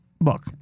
look